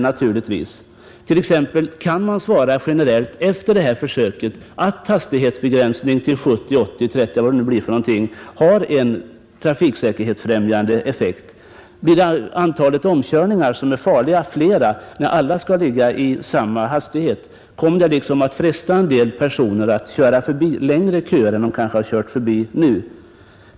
Kommer man t.ex. efter det här försöket att generellt kunna säga att hastighetsbegränsningen till 70, 80, 90 eller vad det nu blir, har en trafiksäkerhetsfrämjande effekt? Blir antalet farliga omkörningar större när alla skall hålla samma hastighet? Frestas en del personer att köra förbi längre köer än de som de nu kör förbi?